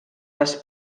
les